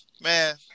man –